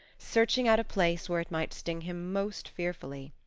searching out a place where it might sting him most fearfully.